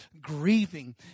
grieving